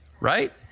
Right